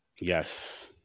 Yes